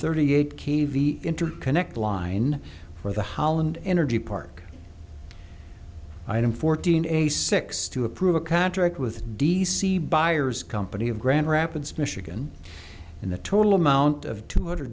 thirty eight k v interconnect line for the holland energy park and fourteen a six to approve a contract with d c buyers company of grand rapids michigan and the total amount of two hundred